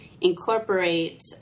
incorporate